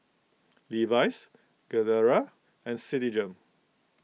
Levi's Gilera and Citigem